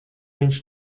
viņš